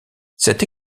cette